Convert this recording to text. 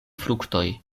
fruktoj